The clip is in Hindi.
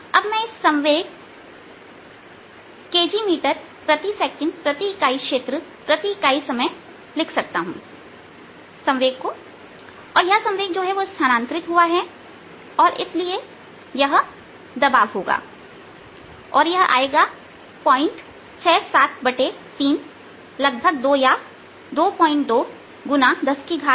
अब मैं इस संवेग k g मीटर प्रति सेकंड प्रति इकाई क्षेत्र प्रति इकाई समय लिख सकता हूं और यह संवेग स्थानांतरित हुआ है और इसलिए यह दबाव होगा और यह आएगा 673 लगभग 2 या 22 x 10 7 न्यूटन प्रति मीटर2